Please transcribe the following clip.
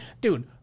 dude